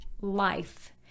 life